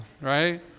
right